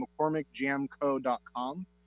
McCormickJamco.com